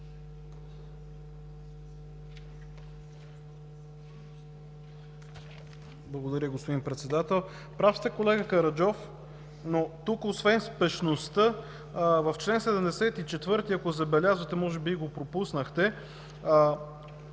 Благодаря, господин Председател. Прав сте, колега Караджов, но тук освен спешността, в чл. 74, ако забелязвате, може би го пропуснахте,